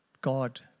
God